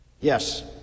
yes